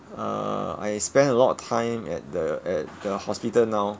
err I spend a lot of time at the at the hospital now